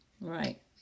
Right